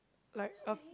like a